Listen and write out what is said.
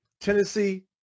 Tennessee